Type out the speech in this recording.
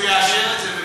הוא יאשר את זה, בוודאי.